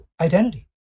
identity